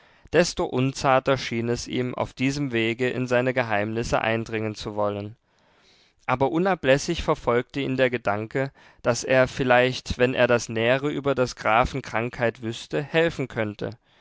desto unzarter schien es ihm auf diesem wege in seine geheimnisse eindringen zu wollen aber unablässig verfolgte ihn der gedanke daß er vielleicht wenn er das nähere über des grafen krankheit wüßte helfen könnte